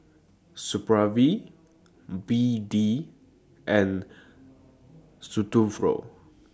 Supravit B D and Futuro